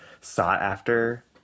sought-after